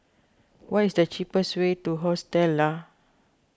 what is the cheapest way to Hostel Lah